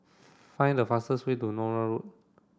find the fastest way to Nallur Road